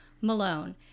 Malone